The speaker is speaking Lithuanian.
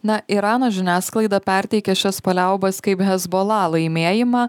na irano žiniasklaida perteikė šias paliaubas kaip hezbola laimėjimą